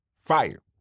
fire